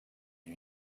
you